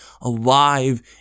alive